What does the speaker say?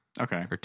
Okay